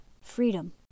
freedom